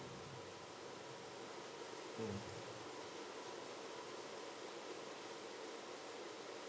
mm